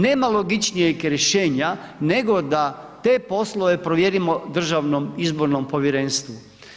Nema logičnijeg rješenja nego da te poslove povjerimo Državnom izbornom povjerenstvu.